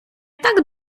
так